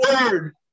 word